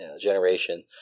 generation